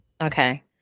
Okay